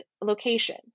location